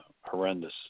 Horrendous